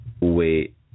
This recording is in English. wait